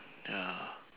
ya